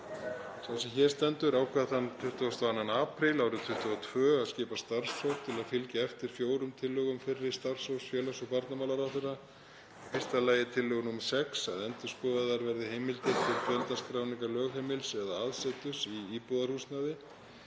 Sá sem hér stendur ákvað þann 22. apríl 2022 að skipa starfshóp til að fylgja eftir fjórum tillögum fyrri starfshóps félags- og barnamálaráðherra. Í fyrsta lagi tillögu nr. 6, að endurskoðaðar verði heimildir til fjöldaskráningar lögheimilis eða aðseturs í íbúðarhúsnæði;